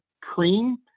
cream